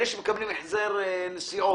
אלא שמקבלים החזר נסיעות.